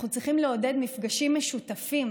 אנחנו צריכים לעודד מפגשים משותפים